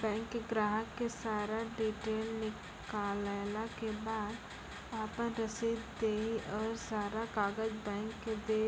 bank ग्राहक के सारा डीटेल निकालैला के बाद आपन रसीद देहि और सारा कागज बैंक के दे